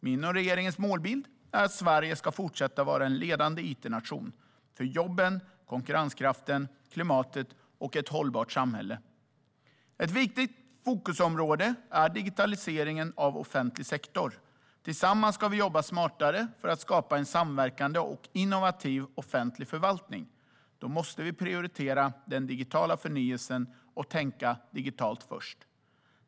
Min och regeringens målbild är att Sverige ska fortsätta vara en ledande it-nation - för jobben, konkurrenskraften, klimatet och ett hållbart samhälle. Ett viktigt fokusområde är digitaliseringen av offentlig sektor. Tillsammans ska vi jobba smartare för att skapa en samverkande och innovativ offentlig förvaltning. Då måste vi prioritera den digitala förnyelsen och tänka digitalt först.